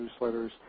newsletters